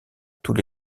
tous